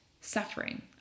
suffering